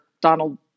Donald